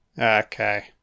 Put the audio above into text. Okay